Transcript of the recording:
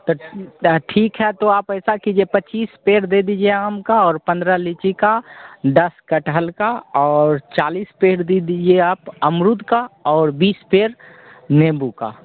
तो ठीक है तो आप ऐसा कीजिए पच्चीस पेड़ दे दीजिए आम का और पंद्रह लीची का दस कटहल का और चालीस पेड़ दे दीजिए आप अमरूद का और बीस पेड़ निम्बू का